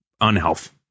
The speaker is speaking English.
unhealth